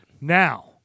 Now